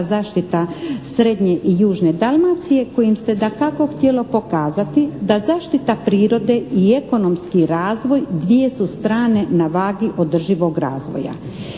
zaštita srednje i južne Dalmacije kojim se dakako htjelo pokazati da zaštita prirode i ekonomski razvoj dvije su strane na vagi održivog razvoja.